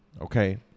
okay